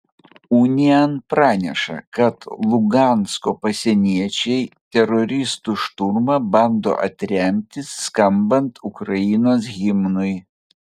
unian praneša kad lugansko pasieniečiai teroristų šturmą bando atremti skambant ukrainos himnui